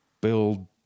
build